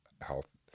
health